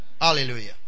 Hallelujah